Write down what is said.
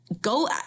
go